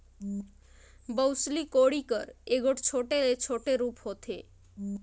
बउसली कोड़ी कर एगोट छोटे ले छोटे रूप होथे